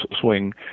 swing